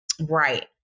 Right